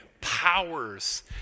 powers